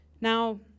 Now